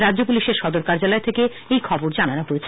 রাজ্য পুলিসের সদর কার্যালয় থেকে এই খবর জানানো হয়েছে